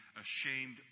ashamed